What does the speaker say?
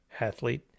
athlete